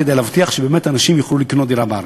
כדי להבטיח באמת שאנשים יוכלו לקנות דירה בארץ.